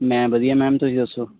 ਮੈਂ ਵਧੀਆ ਮੈਮ ਤੁਸੀਂ ਦੱਸੋ